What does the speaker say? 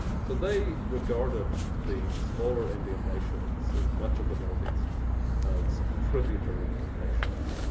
so they regarded the smaller indian nations and much of the northeast as tributary nations.